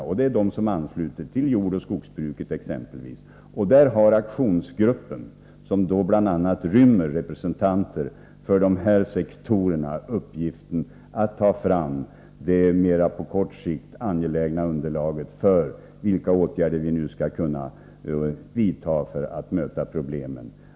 Det är problem som har anknytning till exempelvis jordoch skogsbruket. Där har aktionsgruppen, som bl.a. rymmer representanter för de nämnda sektorerna, till uppgift att ta fram ett underlag som det på mera kort sikt är angeläget att ha för att vi skall kunna möta problemen.